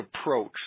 approach